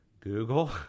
Google